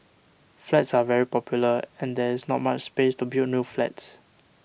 flats are very popular and there is not much space to build new flats